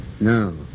No